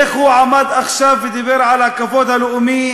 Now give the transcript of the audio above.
איך הוא עמד עכשיו ודיבר על הכבוד הלאומי